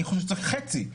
אני חושב שצריך חצי,